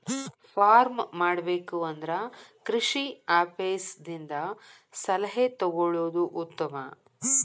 farm ಮಾಡಬೇಕು ಅಂದ್ರ ಕೃಷಿ ಆಪೇಸ್ ದಿಂದ ಸಲಹೆ ತೊಗೊಳುದು ಉತ್ತಮ